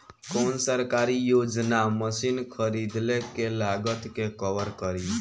कौन सरकारी योजना मशीन खरीदले के लागत के कवर करीं?